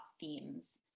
themes